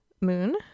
moon